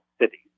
cities